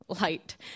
light